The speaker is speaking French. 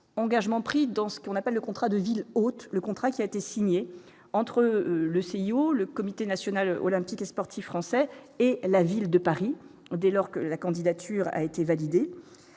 engagement pris dans ce qu'on appelle le contrat de ville hôte le contrat qui a été signé entre le CIO, le comité national olympique et sportif français, et la ville de Paris dès lors que la candidature a été validée,